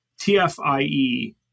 TFIE